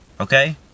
okay